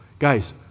Guys